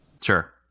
Sure